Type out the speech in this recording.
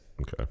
Okay